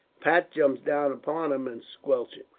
pat jumps down upon him and squelched it.